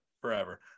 forever